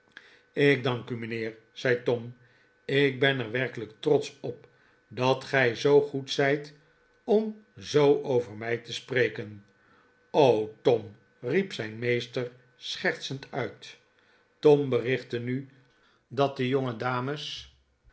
ik dank u mijnheer zei tom r ik ben er werkelijk trotsch op dat gij zoo goed zijt om zoo over mij te spreken tom riep zijn meester schertsend uit tom berichtte nu dat de jongedames